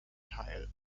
teil